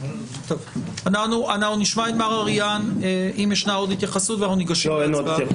אנחנו נשמע את מר אריהן אם ישנה עוד התייחסות ואנחנו ניגשים להצבעה.